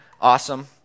Awesome